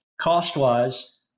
Cost-wise